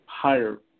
higher